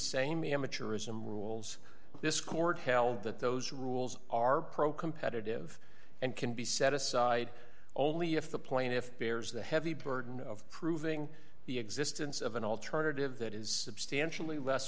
same amateurism rules this court held that those rules are pro competitive and can be set aside only if the plaintiff bears the heavy burden of proving the existence of an alternative that is substantially less